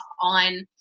on